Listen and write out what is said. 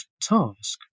task